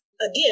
again